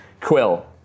Quill